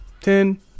ten